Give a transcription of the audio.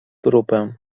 trupem